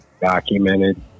documented